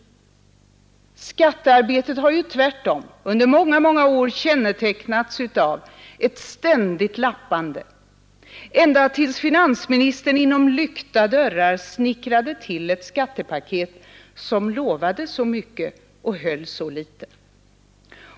Skattearbetet har ju tvärtom under många år kännetecknats av ett ständigt lappande — ända tills finansministern inom lyckta dörrar snickrade till ett skattepa ket som lovade så mycket och höll så litet.